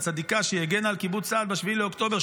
הצדיקה שהגנה על קיבוץ סעד ב-7 באוקטובר,